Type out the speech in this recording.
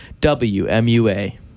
WMUA